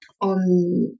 on